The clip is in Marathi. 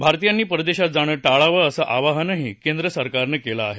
भारतीयांनी परदेशात जाणं टाळावं असं अवाहनही केंद्र सरकारनं केलं आहे